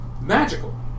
magical